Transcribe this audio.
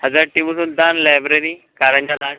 Hazrat Tipu Sultan library Karanja Lad